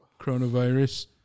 Coronavirus